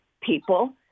people